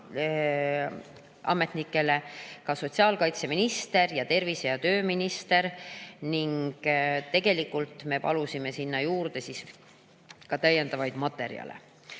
ametnikele ka sotsiaalkaitseminister ning tervise‑ ja tööminister ja me palusime sinna juurde ka täiendavaid materjale.